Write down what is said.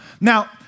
Now